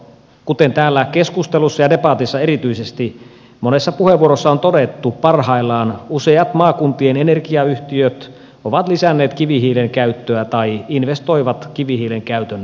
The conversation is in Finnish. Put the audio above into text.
kuten täällä keskustelussa ja erityisesti debatissa monessa puheenvuorossa on todettu parhaillaan useat maakuntien energiayhtiöt ovat lisänneet kivihiilen käyttöä tai investoivat kivihiilen käytön aloittamiseen